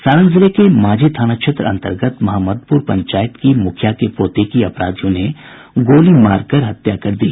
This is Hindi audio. सारण जिले के मांझी थाना क्षेत्र अंतर्गत महम्मदपुर पंचायत की मुखिया के पोते की अपराधियों ने गोली मारकर हत्या कर दी